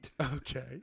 Okay